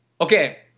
Okay